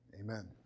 amen